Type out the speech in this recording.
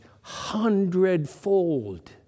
hundredfold